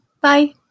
Bye